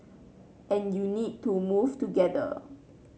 and you need to move together